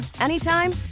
anytime